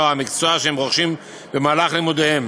או המקצוע שהם רוכשים במהלך לימודיהם.